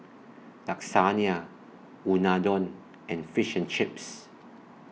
Lasagne Unadon and Fish and Chips